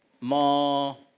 more